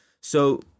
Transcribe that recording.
So-